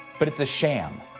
but it's a sham,